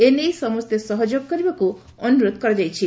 ଏନେଇ ସମସେ ସହଯୋଗ କରିବାକୁ ଅନୁରୋଧ କରାଯାଇଛି